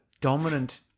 dominant